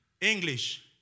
English